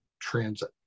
transit